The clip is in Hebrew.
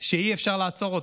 שאי-אפשר לעצור.